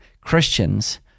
Christians